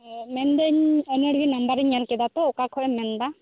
ᱦᱮᱸ ᱢᱮᱱᱫᱟᱹᱧ ᱟᱹᱱᱟᱹᱲᱤᱜᱮ ᱱᱟᱢᱵᱟᱨᱤᱧ ᱧᱮᱞ ᱠᱮᱫᱟ ᱛᱚ ᱚᱠᱟ ᱠᱷᱚᱱ ᱮᱢ ᱢᱮᱱ ᱮᱫᱟ